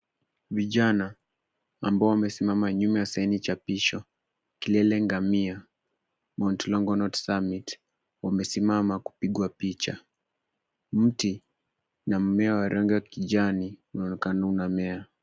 Vijana ambao wamesimama nyuma ya saini chapisho kilele Ngamia, Mount Longonot Summit, wamesimama kupigwa picha. Mti na mmea wa rangi ya kijani unaonekana unamea.